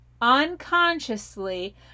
unconsciously